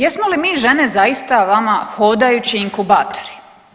Jesmo li mi žene zaista vama hodajući inkubatori?